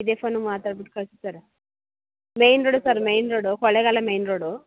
ಇದೇ ಫೋನು ಮಾತಾಡ್ಬಿಟ್ಟು ಕಳಿಸಿ sir main road sir main road Kollegal main road